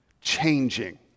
changing